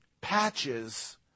patches